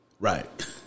Right